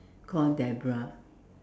called Deborah